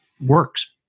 works